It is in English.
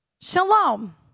shalom